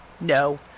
No